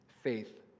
faith